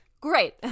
Great